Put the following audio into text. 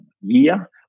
year